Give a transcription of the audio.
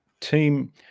Team